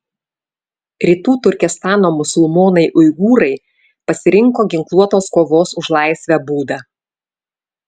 rytų turkestano musulmonai uigūrai pasirinko ginkluotos kovos už laisvę būdą